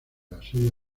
asedio